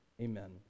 Amen